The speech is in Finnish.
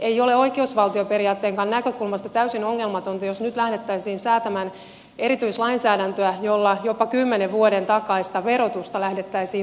ei ole oikeusvaltioperiaatteenkaan näkökulmasta täysin ongelmatonta jos nyt lähdettäisiin säätämään erityislainsäädäntöä jolla jopa kymmenen vuoden takaista verotusta lähdettäisiin muuttamaan